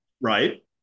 Right